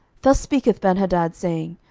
thus speaketh benhadad, saying,